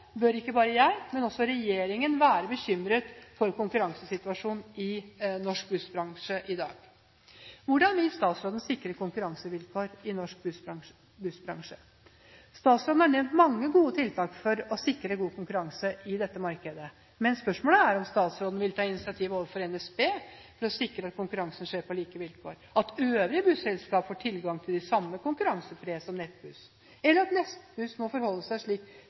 bør ikke bare jeg, men også regjeringen være bekymret for konkurransesituasjonen i norsk bussbransje i dag. Hvordan vil statsråden sikre konkurransevilkårene i norsk bussbransje? Statsråden har nevnt mange gode tiltak for å sikre god konkurranse i dette markedet, men spørsmålet er om statsråden vil ta initiativ overfor NSB for å sikre at konkurransen skjer på like vilkår, at øvrige busselskaper får tilgang til de samme konkurransepre som Nettbuss – eller at Nettbuss må forholde seg slik